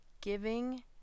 giving